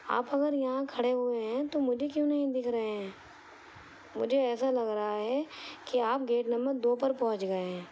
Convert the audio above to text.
آپ اگر یہاں کھڑے ہوئے ہیں تو مجھے کیوں نہیں دکھ رہے ہیں مجھے ایسا لگ رہا ہے کہ آپ گیٹ نمبر دو پر پہنچ گئے ہیں